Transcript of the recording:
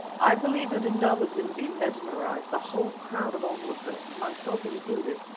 i believe that indaba-zimbi mesmerized the whole crowd of onlookers, myself included,